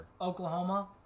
Oklahoma